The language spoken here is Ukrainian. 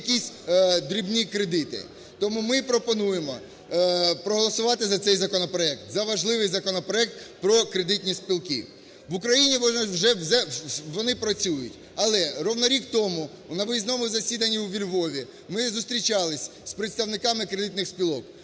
якісь дрібні кредити. Тому ми пропонуємо проголосувати за цей законопроект, за важливий законопроект про кредитні спілки. В Україні вони вже працюють, але рівно рік тому на виїзному засіданні у Львові ми зустрічались з представниками кредитних спілок.